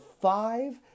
five